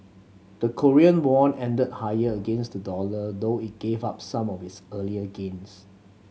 the Korean won ended higher against the dollar though it gave up some of its earlier gains